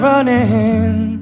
Running